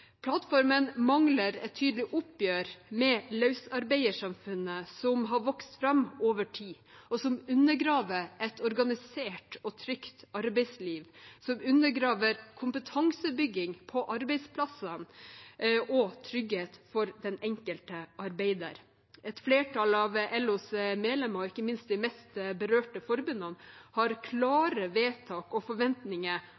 Plattformen mangler et tydelig oppgjør med løsarbeidersamfunnet, som har vokst fram over tid, som undergraver et organisert og trygt arbeidsliv, og som undergraver kompetansebygging på arbeidsplassene og trygghet for den enkelte arbeider. Et flertall av LOs medlemmer og ikke minst de mest berørte forbundene har